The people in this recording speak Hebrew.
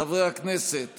חברי הכנסת